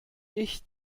ich